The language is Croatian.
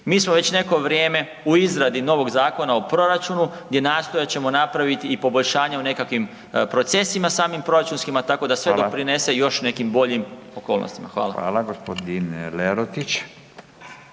Mi smo već neko vrijeme u izradi novog Zakona o proračunu gdje nastojat ćemo napraviti i poboljšanja u nekakvim procesima samih proračunskima tako da sve doprinese … …/Upadica Radin: Hvala./… … još nekim